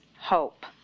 hope